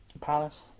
Palace